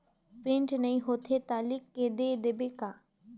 Print नइ होथे ता लिख के दे देबे का?